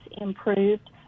improved